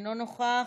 אינו נוכח.